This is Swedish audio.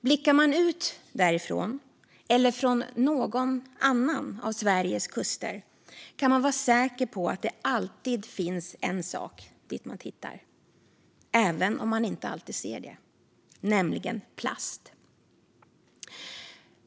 Blickar man ut därifrån, eller från någon annan av Sveriges kuster, kan man vara säker på att det alltid finns en sak dit man tittar även om man inte alltid ser det: plast.